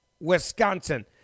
Wisconsin